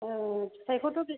औ फिथाइखौथ'